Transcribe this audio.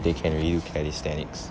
they can really do calisthenics